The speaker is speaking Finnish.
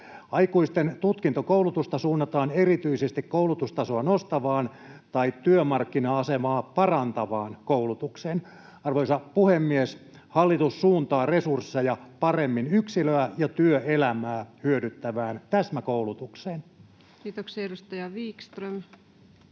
Aikuisten tutkintokoulutusta suunnataan erityisesti koulutustasoa nostavaan tai työmarkkina-asemaa parantavaan koulutukseen. Arvoisa puhemies! Hallitus suuntaa resursseja paremmin yksilöä ja työelämää hyödyttävään täsmäkoulutukseen. [Speech 459] Speaker: